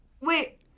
wait